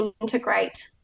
integrate